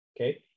Okay